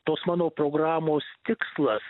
tos mano programos tikslas